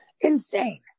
insane